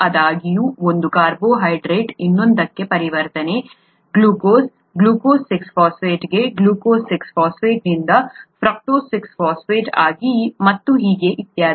ಆದಾಗ್ಯೂ ಒಂದು ಕಾರ್ಬೋಹೈಡ್ರೇಟ್ನಿಂದ ಇನ್ನೊಂದಕ್ಕೆ ಪರಿವರ್ತನೆ ಗ್ಲೂಕೋಸ್ನಿಂದ ಗ್ಲೂಕೋಸ್ 6 ಫಾಸ್ಫೇಟ್ಗೆ ಗ್ಲೂಕೋಸ್6 ಫಾಸ್ಫೇಟ್ನಿಂದ ಫ್ರಕ್ಟೋಸ್ 6 ಫಾಸ್ಫೇಟ್ ಆಗಿ ಮತ್ತು ಹೀಗೆ ಇತ್ಯಾದಿ